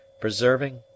preserving